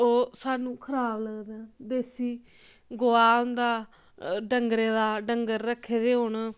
ओह् सानूं खराब लगदे न देसी गोहा होंदा डंगरे दा डंगर रक्खे दे होन